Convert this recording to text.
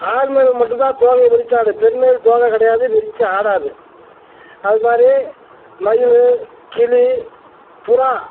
ஆண் மயில் மட்டும்தான் தோகையை விரித்து ஆடும் பெண் மயில் தோகை கிடையாது விரித்து ஆடாது அது மாதிரி மயில் கிளி புறா